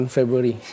February